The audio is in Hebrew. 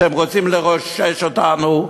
אתם רוצים לרושש אותנו,